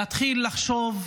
להתחיל לחשוב,